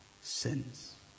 sins